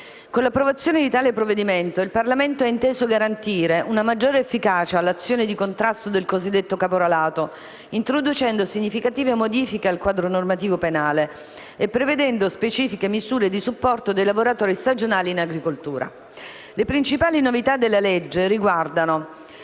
Con l'approvazione di tale provvedimento, il Parlamento ha inteso garantire una maggiore efficacia all'azione di contrasto del cosiddetto caporalato, introducendo significative modifiche al quadro normativo penale e prevedendo specifiche misure di supporto dei lavoratori stagionali in agricoltura. Le principali novità della legge riguardano